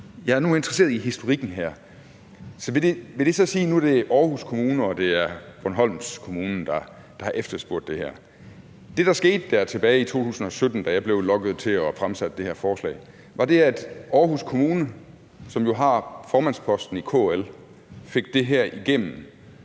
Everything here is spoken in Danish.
jeg er interesseret i historikken her. Nu er det Aarhus Kommune og Bornholms Regionskommune, der har efterspurgt det her. Det, der skete tilbage i 2017, da jeg blev lokket til at fremsætte det her forslag, var, at Aarhus Kommune, som jo har formandsposten i KL, fik det her igennem